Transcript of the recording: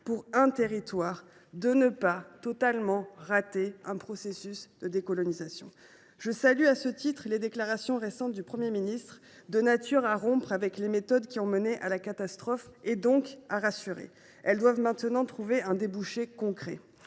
pour ce territoire, de ne pas totalement rater un processus de décolonisation. Je salue à ce titre les récentes déclarations du Premier ministre, qui sont de nature à rompre avec les méthodes ayant mené à la catastrophe, donc à rassurer. Elles doivent maintenant trouver un débouché concret.